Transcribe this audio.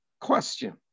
question